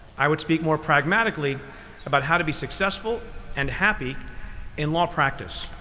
i would speak more pragmatically about how to be successful and happy in law practice.